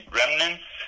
remnants